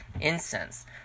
incense